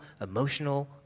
emotional